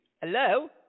Hello